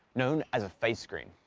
known as a phase screen.